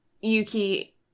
Yuki